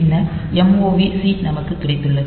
பின்னர் move C நமக்கு கிடைத்துள்ளது